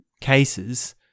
cases